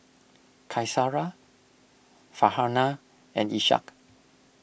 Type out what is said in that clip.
Qaisara Farhanah and Ishak